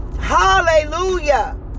Hallelujah